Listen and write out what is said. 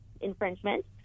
infringement